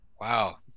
Wow